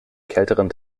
kälteren